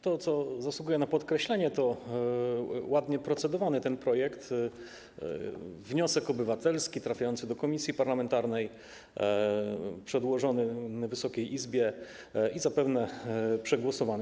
To, co zasługuje na podkreślenie, to ładne procedowanie nad tym projektem: wniosek obywatelski trafiający do komisji parlamentarnej, przedłożony Wysokiej Izbie i zapewne przegłosowany.